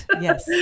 Yes